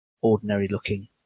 ordinary-looking